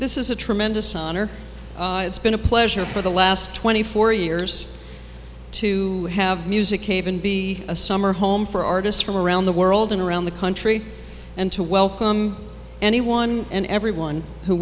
this is a tremendous honor it's been a pleasure for the last twenty four years to have music be a summer home for artists from around the world and around the country and to welcome anyone and everyone who